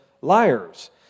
liars